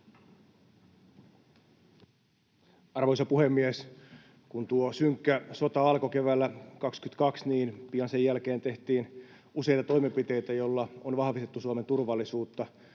Arvoisa puhemies! Kun tuo synkkä sota alkoi keväällä 22, niin pian sen jälkeen tehtiin useita toimenpiteitä, joilla on vahvistettu Suomen turvallisuutta.